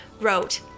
wrote